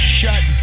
shut